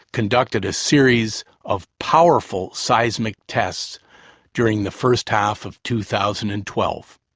conducted a series of powerful seismic tests during the first half of two thousand and twelve.